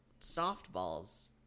softballs